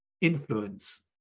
influence